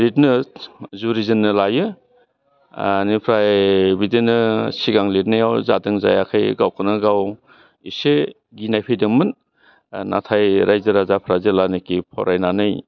लिरनो जुरिजेननो लायो एनिफ्राय बिदिनो सिगां लिदनायाव जादों जायाखै गावखौनो गाव एसे गिनाय फैदोंमोन नाथाय रायजो राजाफ्रा जेब्लानाखि फरायनानै